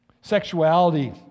Sexuality